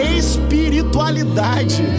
espiritualidade